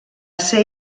ser